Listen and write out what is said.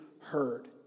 heard